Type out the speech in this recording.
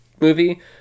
movie